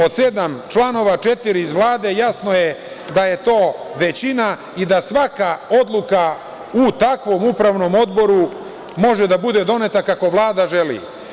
Od sedam članova, četiri iz Vlade i jasno je da je to većina i da svaka odluka u takvom Upravnom odboru može da bude doneta kako Vlada želi.